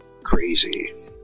crazy